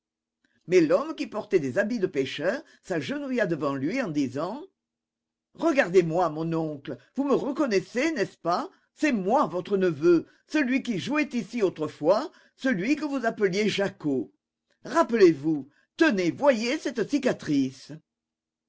mais l'homme qui portait des habits de pêcheur s'agenouilla devant lui en disant regardez-moi mon oncle vous me reconnaissez n'est-ce pas c'est moi votre neveu celui qui jouait ici autrefois celui que vous appeliez jacquot rappelez-vous tenez voyez cette cicatrice